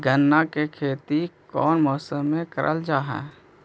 गन्ना के खेती कोउन मौसम मे करल जा हई?